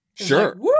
Sure